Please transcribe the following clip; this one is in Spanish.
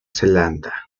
zelanda